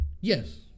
yes